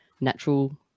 natural